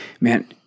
man